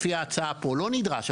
לפי ההצעה פה, לא נדרש.